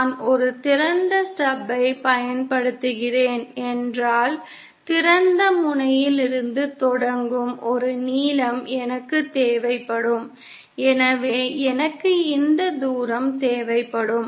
நான் ஒரு திறந்த ஸ்டப்பைப் பயன்படுத்துகிறேன் என்றால் திறந்த முனையிலிருந்து தொடங்கும் ஒரு நீளம் எனக்குத் தேவைப்படும் எனவே எனக்கு இந்த தூரம் தேவைப்படும்